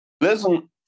Listen